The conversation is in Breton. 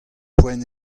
poent